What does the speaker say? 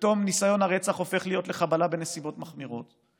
ופתאום ניסיון הרצח הופך להיות לחבלה בנסיבות מחמירות.